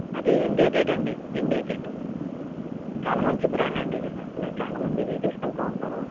అది India Gate అండి India Gate చాలా మంచి బ్రాండ్ అండి ఇది అసలు చాలా మంది ఇదే తీసుకెళ్తూ ఉంటారు